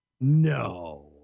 No